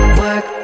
work